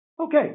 Okay